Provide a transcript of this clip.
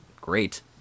great